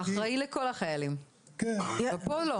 שאחראי לכל החיילים, ופה לא.